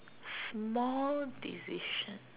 small decision